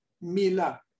Mila